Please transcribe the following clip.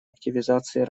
активизации